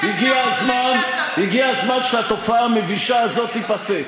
הגיע הזמן שהתופעה המבישה הזאת תיפסק,